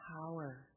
power